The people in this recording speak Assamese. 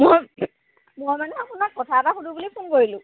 মই মই মানে আপোনাক কথা এটা সুধোঁ বুলি ফোন কৰিলোঁ